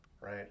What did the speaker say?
right